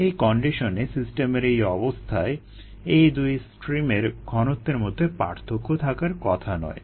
এই কন্ডিশনে সিস্টেমের এই অবস্থায় এই দুই স্ট্রিমের ঘনত্বের মধ্যে পার্থক্য থাকার কথা নয়